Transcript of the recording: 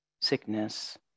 sickness